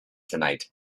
tonight